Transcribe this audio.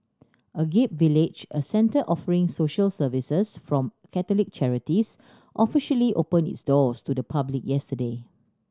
Agape Village a centre offering social services from Catholic charities officially opened its doors to the public yesterday